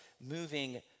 moving